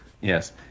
Yes